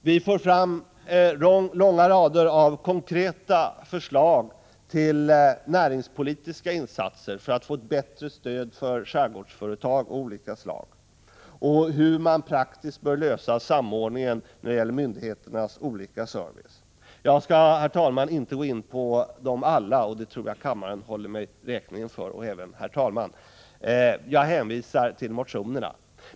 Vi för fram en lång rad konkreta förslag till näringspolitiska insatser för att få ett bättre stöd för skärgårdsföretag av olika slag och förslag till hur man praktiskt kan lösa samordningen när det gäller myndigheternas olika service. Jag skall, herr talman, inte gå in på dem alla — det tror jag kammaren och även herr talmannen håller mig räkning för — utan jag hänvisar till motionerna.